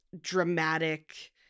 dramatic